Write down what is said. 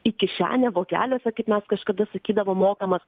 į kišenę vokeliuose kaip mes kažkada sakydavo mokamas